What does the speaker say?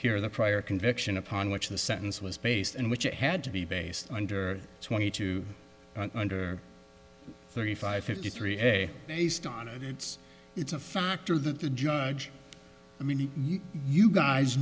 ere the prior conviction upon which the sentence was based and which it had to be based under twenty two under thirty five fifty three based on it it's it's a factor that the judge i mean you guys